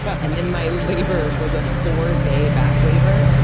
and then my labor was a four-day back labor,